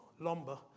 lumber